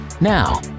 Now